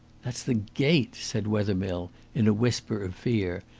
that's the gate, said wethermill in a whisper of fear,